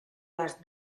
las